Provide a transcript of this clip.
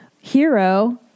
hero